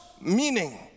meaning